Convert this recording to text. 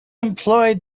employed